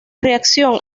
reacción